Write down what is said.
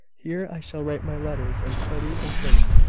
here i shall write my letters, and study, and think.